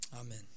Amen